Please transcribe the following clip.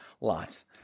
Lots